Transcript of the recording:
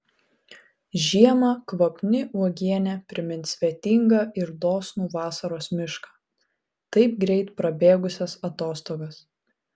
žiemą kvapni uogienė primins svetingą ir dosnų vasaros mišką taip greit prabėgusias atostogas